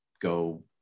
go